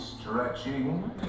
stretching